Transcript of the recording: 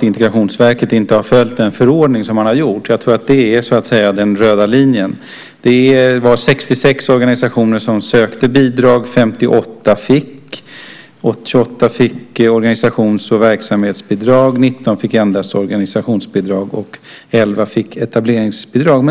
Integrationsverket inte har följt förordningen. Jag tror att det är den röda linjen. Det var 66 organisationer som sökte bidrag och 58 fick. 28 fick organisations och verksamhetsbidrag, 19 fick endast organisationsbidrag och 11 fick etableringsbidrag.